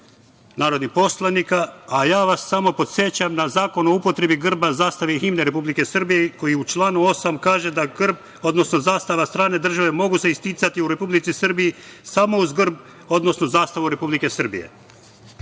narodnih poslanika.A ja vas samo podsećam na Zakon o upotrebi grba, zastave i himne Republike Srbije koji u članu 8. kaže – da grb, odnosno zastava strane države mogu se isticati u Republici Srbiji samo uz grb, odnosno zastavu Republike Srbije.